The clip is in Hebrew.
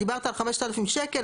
דיברת על 5,000 שקלים,